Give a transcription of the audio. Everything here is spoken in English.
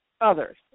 others